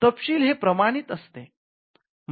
तपशील हे प्रमाणित असते